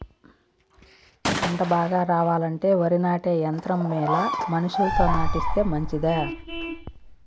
పంట బాగా రావాలంటే వరి నాటే యంత్రం మేలా మనుషులతో నాటిస్తే మంచిదా?